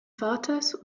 vaters